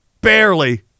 Barely